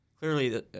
Clearly